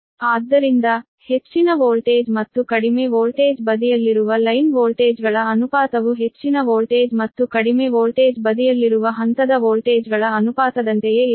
ಆದ್ದರಿಂದ ಹೆಚ್ಚಿನ ವೋಲ್ಟೇಜ್ ಮತ್ತು ಕಡಿಮೆ ವೋಲ್ಟೇಜ್ ಬದಿಯಲ್ಲಿರುವ ಲೈನ್ ವೋಲ್ಟೇಜ್ಗಳ ಅನುಪಾತವು ಹೆಚ್ಚಿನ ವೋಲ್ಟೇಜ್ ಮತ್ತು ಕಡಿಮೆ ವೋಲ್ಟೇಜ್ ಬದಿಯಲ್ಲಿರುವ ಹಂತದ ವೋಲ್ಟೇಜ್ಗಳ ಅನುಪಾತದಂತೆಯೇ ಇರುತ್ತದೆ